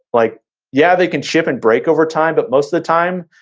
like yeah, they can ship and break over time, but most of the time,